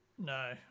No